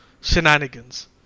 shenanigans